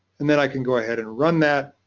and then i can go ahead and run that.